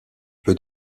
peu